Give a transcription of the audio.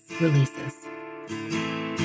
releases